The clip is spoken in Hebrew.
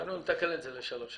אנחנו נתקן את זה לשלוש שנים.